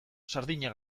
sardina